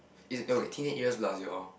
it's your teenage years plus your